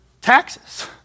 taxes